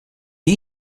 you